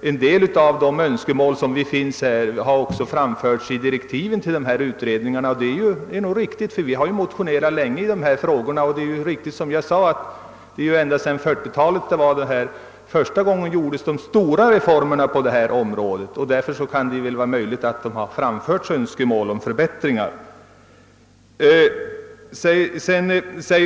en del av de önskemål som här har uttalats har framförts också i direktiven till utredningar. Det är nog riktigt, eftersom vi har motionerat länge i de här frågorna. De stora reformerna började genomföras på 1940-talet, och därför är det möjligt att det har framförts önskemål om förbättringar även tidigare.